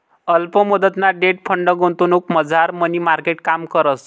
अल्प मुदतना debt fund गुंतवणुकमझार मनी मार्केट काम करस